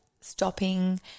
stopping